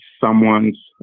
someone's